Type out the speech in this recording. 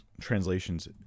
translations